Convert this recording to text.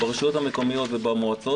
ברשויות המקומיות ובמועצות